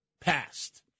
past